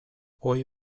ohi